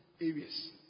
areas